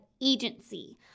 agency